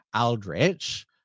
Aldrich